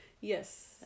yes